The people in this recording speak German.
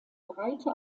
breiter